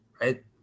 right